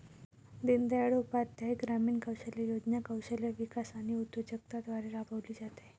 दीनदयाळ उपाध्याय ग्रामीण कौशल्य योजना कौशल्य विकास आणि उद्योजकता द्वारे राबविली जाते